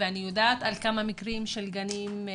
אני יודעת על כמה מקרים של גנים,